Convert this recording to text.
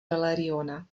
veleriona